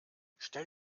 stell